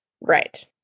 Right